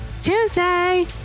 Tuesday